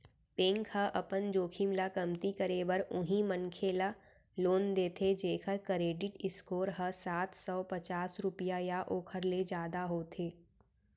bank ह अपन जोखिम ल कमती करे बर उहीं मनखे ल लोन देथे जेखर करेडिट स्कोर ह सात सव पचास रुपिया या ओखर ले जादा होथे